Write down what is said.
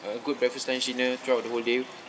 a good breakfast lunch dinner throughout the whole day